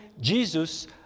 Jesus